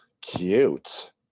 Cute